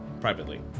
privately